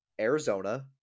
Arizona